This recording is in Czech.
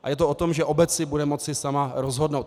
A je to o tom, že obec si bude moci sama rozhodnout.